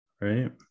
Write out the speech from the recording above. right